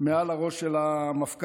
מעל הראש של המפכ"ל,